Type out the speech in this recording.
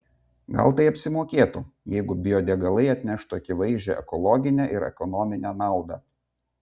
gal tai apsimokėtų jeigu biodegalai atneštų akivaizdžią ekologinę ir ekonominę naudą